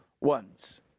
ones